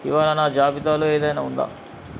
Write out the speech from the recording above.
ఇవాళ నా జాబితాలో ఏదైనా ఉందా